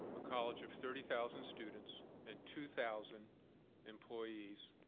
a college of thirty thousand students and two thousand employees,